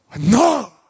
no